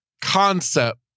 concept